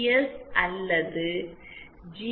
S அல்லது G